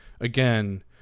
again